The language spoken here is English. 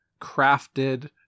crafted